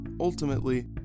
ultimately